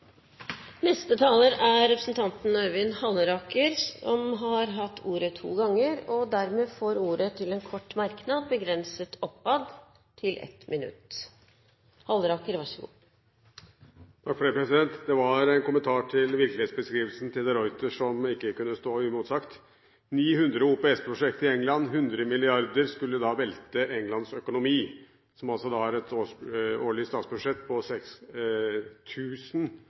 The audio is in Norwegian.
Øyvind Halleraker har hatt ordet to ganger og får ordet til en kort merknad, begrenset til 1 minutt. Bare en kommentar til virkelighetsbeskrivelsen til Freddy de Ruiter som ikke kunne stå uimotsagt. Angående 900 OPS-prosjekt i England og at 100 mrd. skulle velte Englands økonomi, et land som har et årlig statsbudsjett på